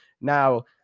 Now